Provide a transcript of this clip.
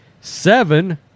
seven